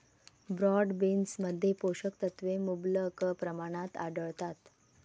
broad बीन्समध्ये पोषक तत्वे मुबलक प्रमाणात आढळतात